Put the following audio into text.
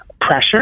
pressure